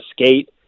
skate